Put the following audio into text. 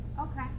Okay